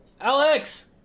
Alex